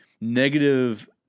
negative